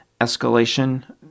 escalation